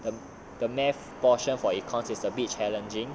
the the math portion for econs is a bit challenging